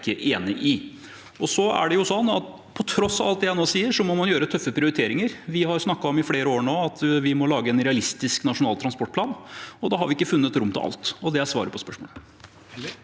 på tross av alt det jeg nå sier, må man gjøre tøffe prioriteringer. Vi har i flere år nå snakket om at vi må lage en realistisk nasjonal transportplan, og da har vi ikke funnet rom til alt. Det er svaret på spørsmålet.